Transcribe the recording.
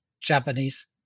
Japanese